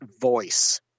voice